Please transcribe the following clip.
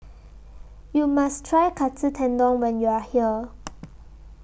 YOU must Try Katsu Tendon when YOU Are here